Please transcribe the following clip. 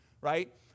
right